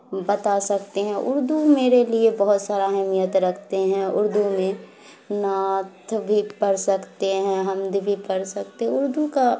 بتا سکتے ہیں اردو میرے لیے بہت سارا اہمیت رکھتے ہیں اردو میں نعت بھی پڑھ سکتے ہیں حمد بھی پڑھ سکتے اردو کا